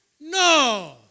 No